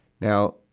Now